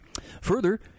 Further